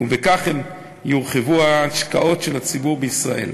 ובכך יורחבו ההשקעות של הציבור בישראל.